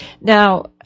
Now